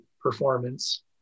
performance